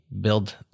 build